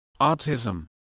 Autism